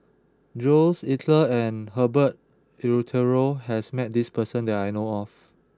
Jules Itier and Herbert Eleuterio has met this person that I know of